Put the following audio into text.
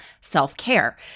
self-care